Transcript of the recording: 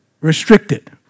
Restricted